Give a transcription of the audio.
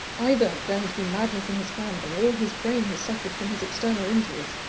either there has been madness in his family, or his brain has suffered from his external injuries.